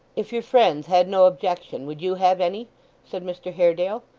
if your friends had no objection, would you have any said mr haredale.